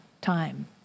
time